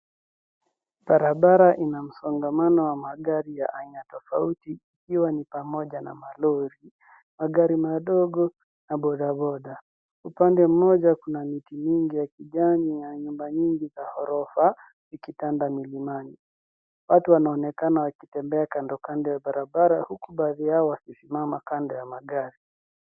Barabara ina msongamano wa magari ya aina tofauti ikiwa ni pamoja na malori, magari madogo na bodaboda. Upande mmoja kuna miti mingi ya kijani na nyumba mingi za ghorofa zikipanda milimani. watu wanonekana wakitembea kandokando ya barabara huku baadhi yao wakisimama kando ya magari.